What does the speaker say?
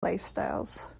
lifestyles